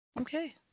Okay